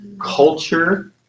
Culture